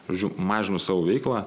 žodžiu mažinu savo veiklą